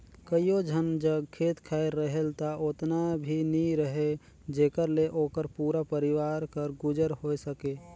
कइयो झन जग खेत खाएर रहेल ता ओतना भी नी रहें जेकर ले ओकर पूरा परिवार कर गुजर होए सके